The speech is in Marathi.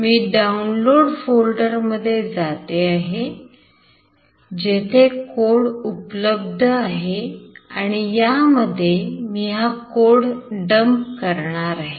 मी डाउनलोड फोल्डरमध्ये जात आहे जेथे कोड उपलब्ध आहे आणि यामध्ये मी हा dump करणार आहे